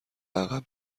عقب